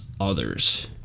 others